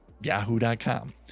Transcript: yahoo.com